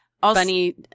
Bunny